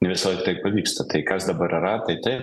ne visąlaik taip pavyksta tai kas dabar yra tai taip